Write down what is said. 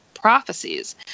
prophecies